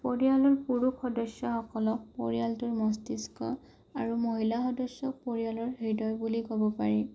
পৰিয়ালৰ পুৰুষ সদস্যসকলক পৰিয়ালটোৰ মস্তিষ্ক আৰু মহিলাসদস্য়ক পৰিয়ালৰ হৃদয় বুলি ক'ব পাৰি